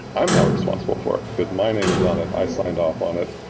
i'm not responsible for it, because my name is on it. i signed off on it.